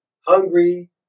hungry